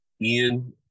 Ian